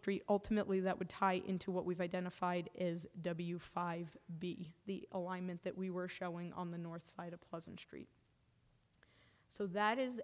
street ultimately that would tie into what we've identified is w five b the alignment that we were showing on the north side of pleasantry so that is